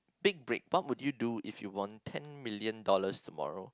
big break what would you do if you won ten million dollars tomorrow